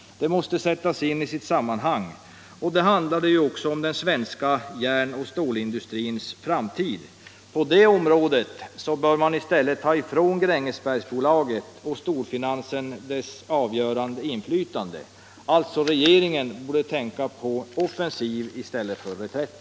Det måste sättas in i sitt sammanhang, och då handlar det också om den svenska järnoch stålindustrins framtid. På det området bör man i stället ta ifrån Grängesbergsbolaget och storfinansen deras avgörande inflytande. Alltså: Regeringen borde tänka på offensiv i stället för reträtt.